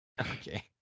Okay